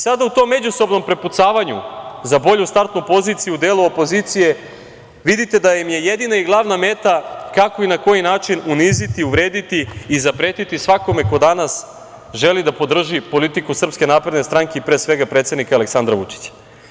Sada u tom međusobnom prepucavanju za bolju startnu poziciju u delu opozicije, vidite da im je jedina i glavna meta kako i na koji način uniziti, uvrediti i zapretiti svakome ko danas želi da podrži politiku SNS i, pre svega, predsednika Aleksandra Vučića.